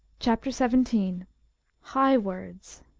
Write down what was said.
chapter xvii high words